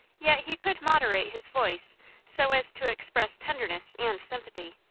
yet he could moderate his voice so as to express tenderness and sympathy.